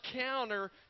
counter